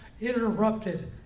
interrupted